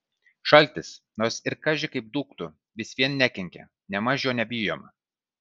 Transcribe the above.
šaltis nors ir kaži kaip dūktų vis viena nekenkia nėmaž jo nebijoma